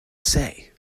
say